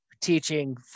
teaching